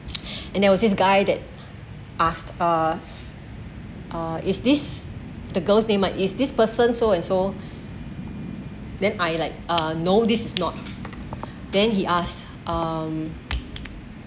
and there was this guy that asked uh uh is this the girl's name ah is this person so and so then I like uh no this is not then he asked um